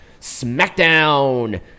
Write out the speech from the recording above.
SmackDown